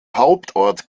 hauptort